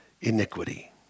iniquity